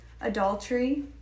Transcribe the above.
adultery